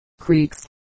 creeks